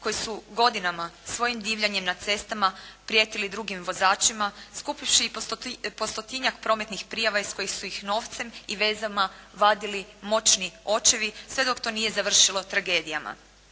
koji su godinama svojim divljanjem na cestama prijetili drugim vozačima, skupivši i po 100-tinjak prometnih prijava iz kojih su ih novcem i vezama vadili moćni očevi sve dok to nije završilo tragedijama.